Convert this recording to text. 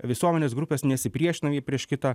visuomenės grupės nesipriešina prieš kitą